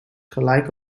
gelijk